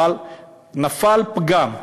אבל נפל פגם,